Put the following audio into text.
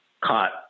caught